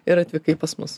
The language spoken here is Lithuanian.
ir atvykai pas mus